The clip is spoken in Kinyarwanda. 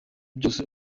byose